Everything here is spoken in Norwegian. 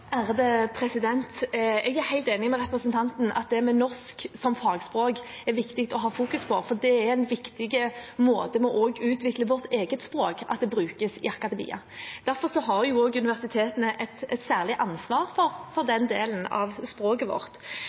Jeg er helt enig med representanten i at norsk som fagspråk er det viktig å fokusere på, for det er viktig for utviklingen av vårt eget språk, at det brukes i akademia. Derfor har også universitetene et særlig ansvar for den delen av språket vårt.